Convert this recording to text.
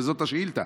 זאת השאילתה.